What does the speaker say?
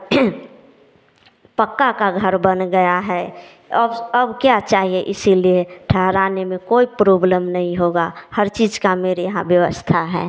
पक्का का घर बन गया है अब अब क्या चाहिए इसीलिए ठहराने में कोई प्रॉब्लोम नहीं होगी हर चीज़ का मेरे यहाँ व्यवस्था है